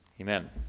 Amen